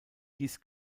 dies